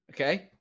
Okay